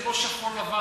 זה לא שחור לבן.